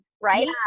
right